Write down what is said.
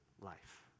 life